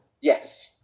Yes